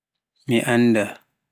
mi annda